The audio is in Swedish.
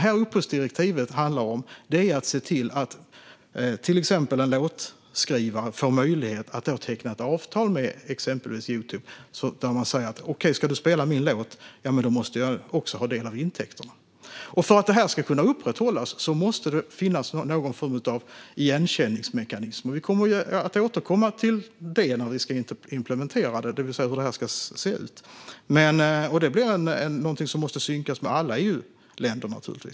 Vad upphovsdirektivet handlar om är att se till att till exempel en låtskrivare får möjlighet att teckna ett avtal med exempelvis Youtube som innebär att om man spelar låtskrivarens låt måste han eller hon få del av intäkterna. För att detta ska kunna upprätthållas måste det finnas någon form av igenkänningsmekanism, och vi kommer att återkomma till det när vi ska implementera direktivet, det vill säga hur detta ska se ut. Detta måste givetvis synkas med alla EU-länder.